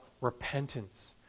repentance